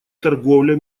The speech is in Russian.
торговля